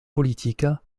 politique